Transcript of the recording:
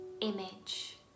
image